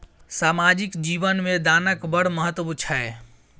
सामाजिक जीवन मे दानक बड़ महत्व छै